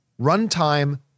Runtime